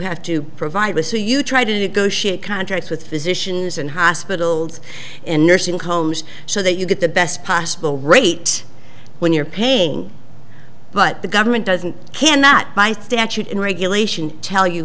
have to provide was so you try to negotiate contracts with physicians and hospitals and nursing homes so that you get the best possible rate when you're paying but the government doesn't cannot by statute in regulation tell you